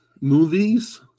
movies